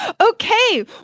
Okay